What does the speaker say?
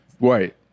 Right